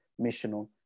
missional